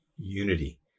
unity